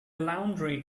laundry